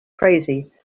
crazy